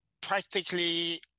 practically